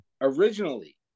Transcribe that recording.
originally